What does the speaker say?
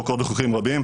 חוקרות וחוקרים רבים,